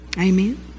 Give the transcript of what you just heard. Amen